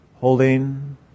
holding